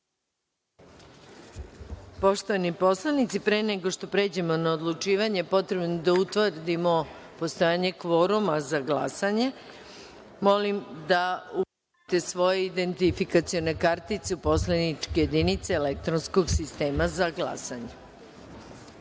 godini. Poštovani poslanici pre nego što pređemo na odlučivanje, potrebno je da utvrdimo postojanje kvoruma za glasanje. Molim da ubacite identifikacione kartice u poslaničke jedinice elektronskog sistema za